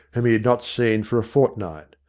whom he had not seen for a fortnight.